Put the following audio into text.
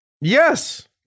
yes